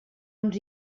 uns